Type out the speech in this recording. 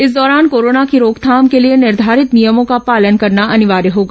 इस दौरान कोरोना की रोकथाम के लिए निर्धारित नियमों का पालन करना अनिवार्य होगा